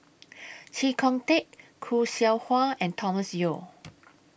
Chee Kong Tet Khoo Seow Hwa and Thomas Yeo